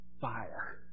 fire